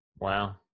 Wow